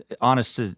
honest